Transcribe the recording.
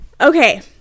okay